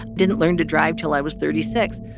didn't learn to drive till i was thirty six.